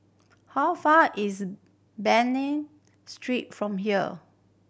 how far is Street from here